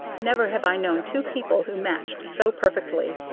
never have i known two people who matched so perfectly.